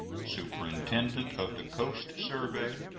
superintendent of the coast survey,